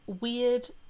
weird